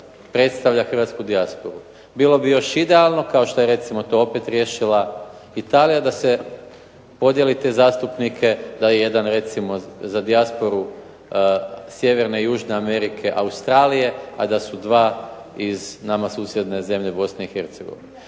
predstavlja hrvatsku dijasporu. Bilo bi još idealno, kao što je recimo to opet riješila Italija, da se podijeli te zastupnike da je jedan recimo za dijasporu sjeverne i južne Amerike, Australije, a da su dva iz nama susjedne zemlje Bosne i Hercegovine.